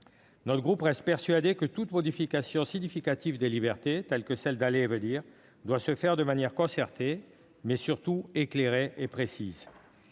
Notre groupe reste persuadé que toute modification significative des libertés, telle que celle d'aller et venir, doit se faire de manière non seulement concertée, mais surtout éclairée et précise.